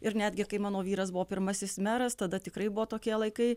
ir netgi kai mano vyras buvo pirmasis meras tada tikrai buvo tokie laikai